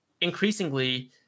increasingly